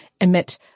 emit